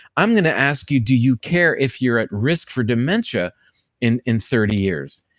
i'm going to ask you, do you care if you're at risk for dementia in in thirty years?